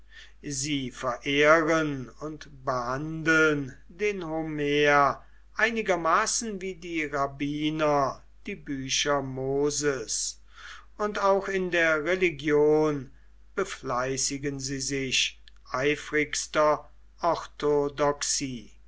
sie verehren und behandeln den homer einigermaßen wie die rabbiner die bücher moses und auch in der religion befleißigen sie sich eifrigster